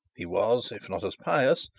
he was, if not as pious,